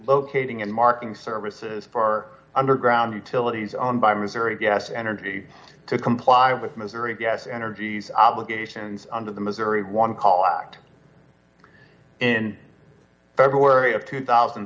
locating and marking services far underground utilities on by missouri gas energy to comply with missouri gas energies obligations under the missouri one call act in february of two thousand